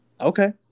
Okay